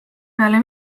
peale